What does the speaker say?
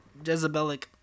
Jezebelic